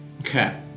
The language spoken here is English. Okay